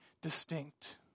distinct